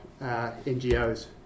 NGOs